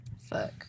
Fuck